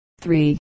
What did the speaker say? three